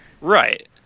Right